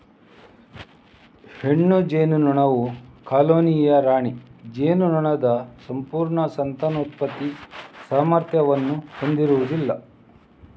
ಹೆಣ್ಣು ಜೇನುನೊಣವು ಕಾಲೋನಿಯ ರಾಣಿ ಜೇನುನೊಣದ ಸಂಪೂರ್ಣ ಸಂತಾನೋತ್ಪತ್ತಿ ಸಾಮರ್ಥ್ಯವನ್ನು ಹೊಂದಿರುವುದಿಲ್ಲ